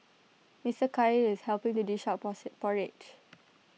Mister Khair is helping to dish out porridge